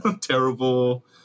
terrible